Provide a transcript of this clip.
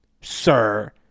sir